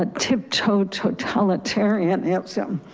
ah tiptoed totalitarian, and so um